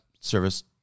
service